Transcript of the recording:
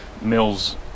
mills